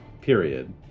period